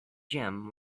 gem